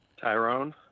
Tyrone